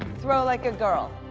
throw like a girl.